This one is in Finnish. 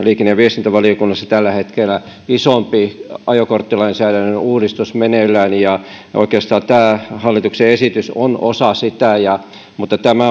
liikenne ja viestintävaliokunnassa tällä hetkellä myöskin isompi ajokorttilainsäädännön uudistus meneillään ja oikeastaan tämä hallituksen esitys on osa sitä mutta